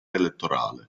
elettorale